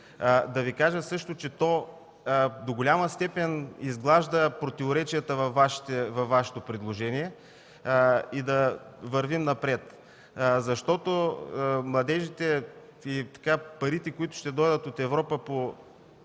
Да Ви кажа също, че то до голяма степен изглажда противоречията във Вашето предложение. И да вървим напред и парите за младежите, които ще дойдат от Европа по